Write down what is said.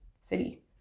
city